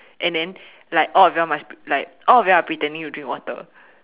and then like all of you all must like of you all are pretending to drink water